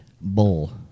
Bull